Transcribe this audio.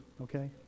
okay